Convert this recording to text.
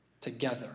together